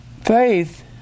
faith